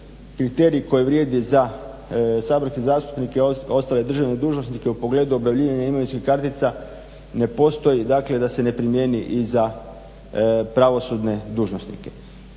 kriterij koji vrijedi za saborske zastupnike i ostale državne dužnosnike u pogledu objavljivanja imovinskih kartica, ne postoji dakle da se ne primijeni i za pravosudne dužnosnike.